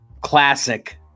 classic